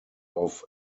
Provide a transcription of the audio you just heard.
auf